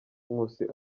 nkusi